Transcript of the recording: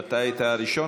אתה היית ראשון,